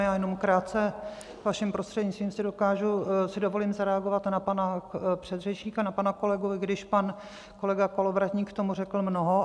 Já jenom krátce, vaším prostřednictvím, si dovolím zareagovat na předřečníka, na pana kolegu, i když pan kolega Kolovratník k tomu řekl mnoho.